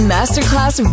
Masterclass